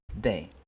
day